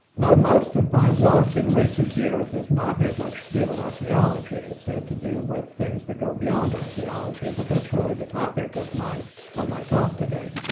though most of my work in recent years has not had much to do with archaeology, it's had to do with things that go beyond archeology, but that's really the topic of my of my talk today.